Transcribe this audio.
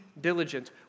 diligent